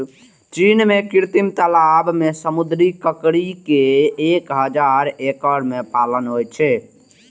चीन मे कृत्रिम तालाब मे समुद्री ककड़ी के एक हजार एकड़ मे पालन होइ छै